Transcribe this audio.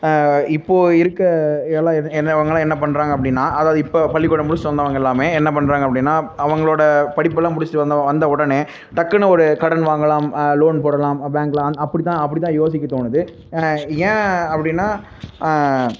இப்போது இருக்க எல்லாம் என்னவங்கள்லாம் என்ன பண்ணுறாங்க அப்படின்னா அதாவது இப்போ பள்ளிக்கூடம் முடிச்சிட்டு வந்தவங்க எல்லாமே என்ன பண்ணுறாங்க அப்படின்னா அவங்களோட படிப்பெல்லாம் முடிச்சிட்டு வந்த வந்தவுடனே டக்குனு ஒரு கடன் வாங்கலாம் லோன் போடலாம் பேங்க்ல அந் அப்படி தான் அப்படி தான் யோசிக்கத் தோணுது ஏன் அப்படின்னா